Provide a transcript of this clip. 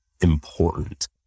important